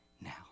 now